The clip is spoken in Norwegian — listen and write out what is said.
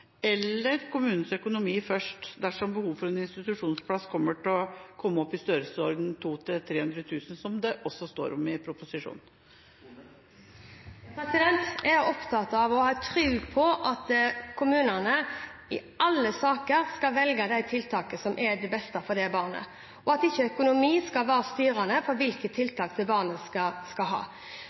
eller kommunens økonomi først, dersom behovet for en institusjonsplass kommer til å komme opp i størrelsesordenen 200 000–300 000 kr, som det også står om i proposisjonen? Jeg er opptatt av og har tro på at kommunene i alle saker skal velge det tiltaket som er det beste for et barn, og at ikke økonomi skal være styrende for hvilke tiltak det barnet skal ha.